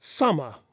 Summer